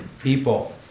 people